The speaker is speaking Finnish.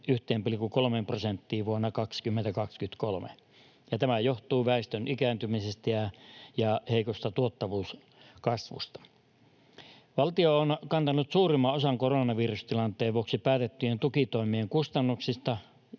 sitten 1,3 prosenttiin vuonna 2023, ja tämä johtuu väestön ikääntymisestä ja heikosta tuottavuuskasvusta. Valtio on kantanut suurimman osan koronavirustilanteen vuoksi päätettyjen tukitoimien kustannuksista